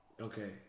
Okay